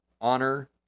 honor